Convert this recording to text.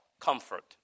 comfort